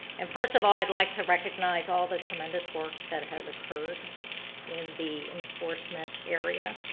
and first of all, i would like to recognize all the tremendous work that has occurred in the enforcement area.